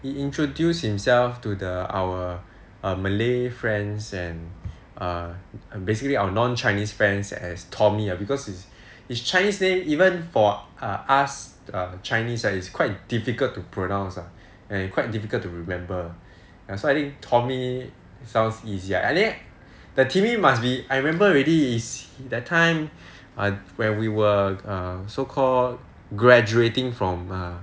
he introduced himself to the our malay friends and err basically our non-chinese friends as tommy ah because his chinese name even for us chinese is quite difficult to pronounce ah and quite difficult to remember ya so I think tommy sounds easy ah the timmy must be I remember already is that time err where we were err so called graduating from err